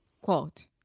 Quote